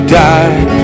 die